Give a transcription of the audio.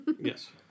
Yes